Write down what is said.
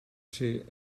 ser